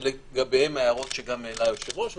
שלגביהם גם ההערות שהעלה היושב-ראש,